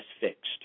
fixed